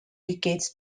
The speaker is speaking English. decades